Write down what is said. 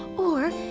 or,